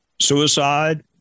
suicide